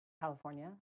California